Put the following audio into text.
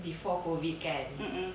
mmhmm